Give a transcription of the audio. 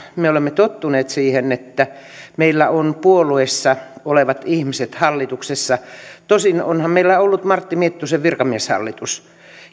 me olemme tottuneet siihen että meillä ovat puolueissa olevat ihmiset hallituksessa tosin onhan meillä ollut martti miettusen virkamieshallitus